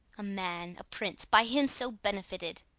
a man, a prince, by him so benefited!